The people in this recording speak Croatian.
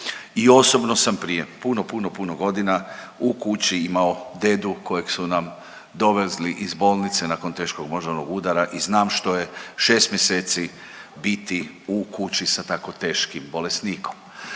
I osobno sam prije puno, puno, puno godina u kući imao dedu kojeg su nam dovezli iz bolnice nakon teškog moždanog udara i znam što je 6 mjeseci biti u kući sa tako teškim bolesnikom.